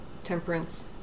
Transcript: temperance